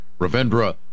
Ravendra